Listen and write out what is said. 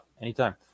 anytime